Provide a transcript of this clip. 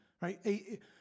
Right